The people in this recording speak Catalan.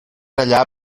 allà